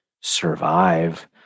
survive